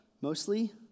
mostly